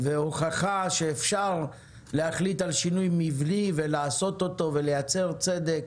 והוכחה שאפשר להחליט על שינוי מבני ולעשות אותו ולייצר צדק